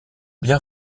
bien